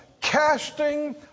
casting